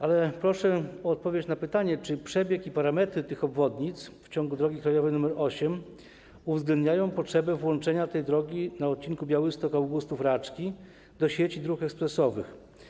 Ale proszę o odpowiedź na pytanie: Czy przebieg i parametry tych obwodnic w ciągu drogi krajowej nr 8 uwzględniają potrzebę włączenia tej drogi na odcinku Białystok - Augustów - Raczki do sieci dróg ekspresowych?